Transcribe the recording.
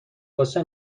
غصه